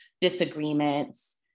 disagreements